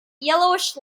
yellowish